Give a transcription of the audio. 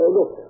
Look